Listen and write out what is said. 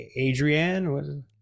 Adrienne